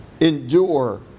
Endure